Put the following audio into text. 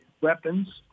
weapons